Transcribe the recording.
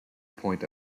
point